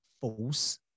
false